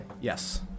Yes